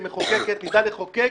כמחוקקת נדע לחוקק,